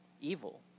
evil